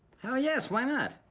hell yes, why not?